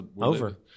Over